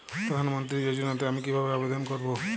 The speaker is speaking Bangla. প্রধান মন্ত্রী যোজনাতে আমি কিভাবে আবেদন করবো?